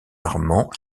armand